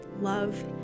love